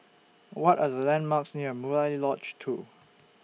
What Are The landmarks near Murai Lodge two